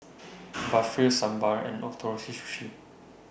Barfi Sambar and Ootoro Fish Sushi